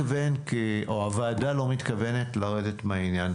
הוועדה לא מתכוונת לרדת מהעניין.